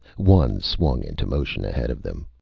one swung into motion ahead of them.